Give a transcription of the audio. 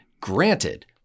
granted